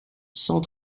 cent